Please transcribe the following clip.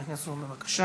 חבר הכנסת בן צור, בבקשה.